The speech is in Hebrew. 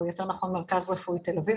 או יותר נכון מרכז רפואי תל אביב,